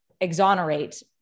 exonerate